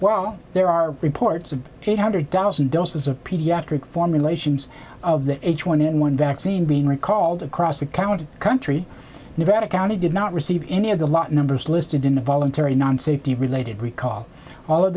well there are reports of eight hundred thousand doses of pediatric formulations of the h one n one vaccine being recalled across the county country nevada county did not receive any of the lot numbers listed in the voluntary nonstate the related recall all of